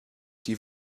die